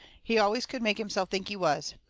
he always could make himself think he was.